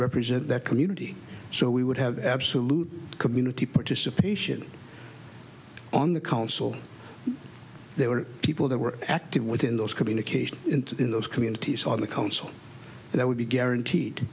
represent their community so we would have absolute community participation on the council there were people that were active within those communications into those communities on the council and i would be guaranteed